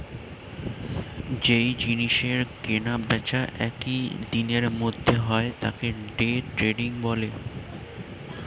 যেই জিনিসের কেনা বেচা একই দিনের মধ্যে হয় তাকে ডে ট্রেডিং বলে